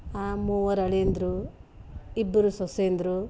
ಆ ಮೂವರು ಅಳಿಯಂದಿರು ಇಬ್ಬರು ಸೊಸೆಯಂದಿರು